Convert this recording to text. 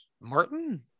Martin